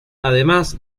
además